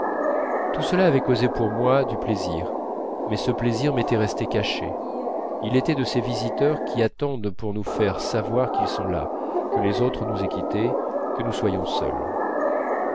tout cela avait causé pour moi du plaisir mais ce plaisir m'était resté caché il était de ces visiteurs qui attendent pour nous faire savoir qu'ils sont là que les autres nous aient quitté que nous soyons seuls